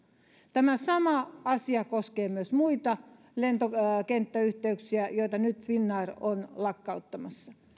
tämä sama asia koskee myös muita lentokenttäyhteyksiä joita nyt finnair on lakkauttamassa